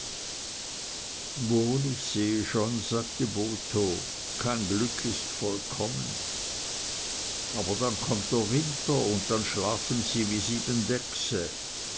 ich sehe schon sagte botho kein glück ist vollkommen aber dann kommt der winter und dann schlafen sie wie sieben